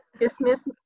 dismiss